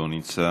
לא נמצא.